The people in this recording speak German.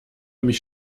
mich